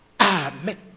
Amen